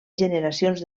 generacions